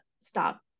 stop